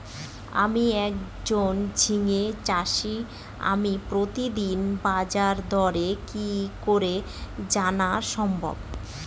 আমি একজন ঝিঙে চাষী আমি প্রতিদিনের বাজারদর কি করে জানা সম্ভব?